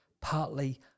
partly